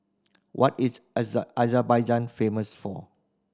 what is Azerbaijan famous for